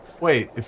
Wait